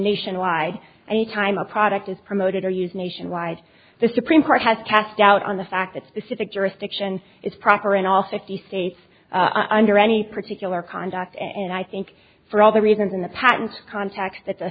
nationwide any time a product is promoted or used nationwide the supreme court has cast doubt on the fact that specific jurisdiction is proper in all fifty states under any particular conduct and i think for all the reasons in the patent contact that the